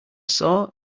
saw